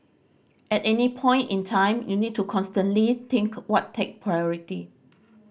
at any point in time you need to constantly think what take priority